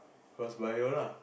cause bio lah